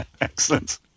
Excellent